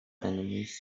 enemies